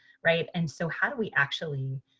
right? and so how do we actually